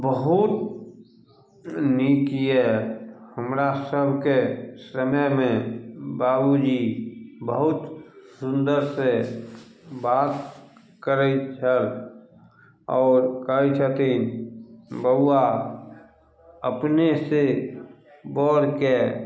बहुत नीक यऽ हमरा सभके समयमे बाबूजी बहुत सुन्दर से बात करैत छल आओर कहैत छथिन बउआ अपने से बड़के